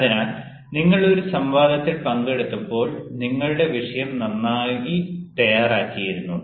അതിനാൽ നിങ്ങൾ ഒരു സംവാദത്തിൽ പങ്കെടുത്തപ്പോൾ നിങ്ങളുടെ വിഷയം നന്നായി തയ്യാറാക്കിയിരുന്നു